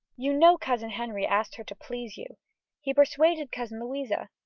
you know cousin henry asked her to please you he persuaded cousin louisa.